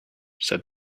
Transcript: said